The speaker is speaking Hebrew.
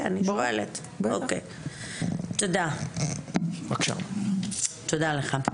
תודה לך.